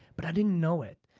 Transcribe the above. but i didn't know it.